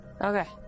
Okay